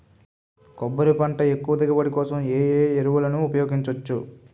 కొబ్బరి పంట ఎక్కువ దిగుబడి కోసం ఏ ఏ ఎరువులను ఉపయోగించచ్చు?